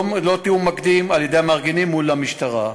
לא תיאום מקדים על-ידי המארגנים מול המשטרה,